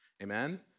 Amen